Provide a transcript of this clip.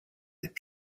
that